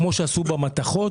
כמו שעשו במתכות,